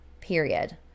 period